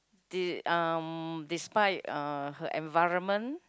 did um despite uh her environment